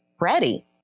ready